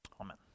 amen